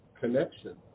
connection